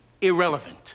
irrelevant